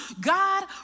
God